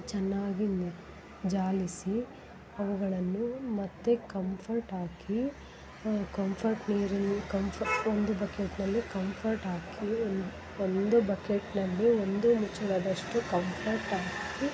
ಚೆನ್ನಾಗಿ ನಿ ಜಾಲಿಸಿ ಅವುಗಳನ್ನು ಮತ್ತೆ ಕಂಫರ್ಟ್ ಹಾಕಿ ಕಂಫರ್ಟ್ ನೀರನ್ನು ಕಂಫರ್ಟ್ ಒಂದು ಬಕೇಟ್ನಲ್ಲಿ ಕಂಫರ್ಟ್ ಹಾಕಿ ಒಂದೇ ಬಕೇಟ್ನಲ್ಲಿ ಒಂದು ಮುಚ್ಚುಳದಷ್ಟು ಕಂಫರ್ಟ್ ಹಾಕಿ